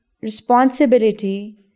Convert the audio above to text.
responsibility